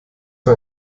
für